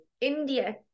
India